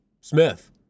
Smith